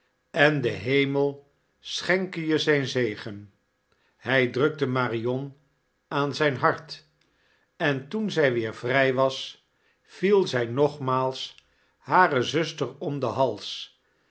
en de hemel schenke je zijn zegen hij drukte marion aan zijn hart en toen zij weer vrij was viel zij nogmaals hare zuster am den hate